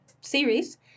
series